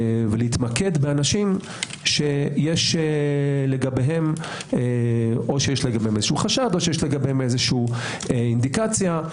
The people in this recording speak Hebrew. ולהתמקד באנשים שיש לגביהם חשד או איזושהי אינדיקציה.